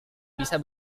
bisa